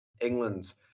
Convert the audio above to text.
England